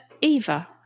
Eva